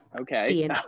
Okay